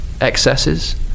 excesses